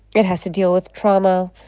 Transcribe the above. it has to deal with trauma.